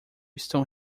estão